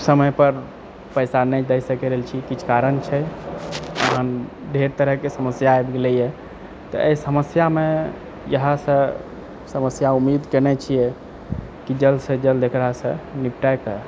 समय पर पैसा नहि दए सकै रहल छी किछु कारण छै हम डेढ़ तरहकऽ समस्या आबि गेलैए तऽ एहि समस्यामे इहएसँ समस्या उम्मीद केने छियै कि जल्दसँ जल्द एकरासँ निपटायके